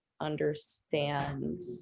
understand